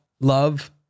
love